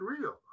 real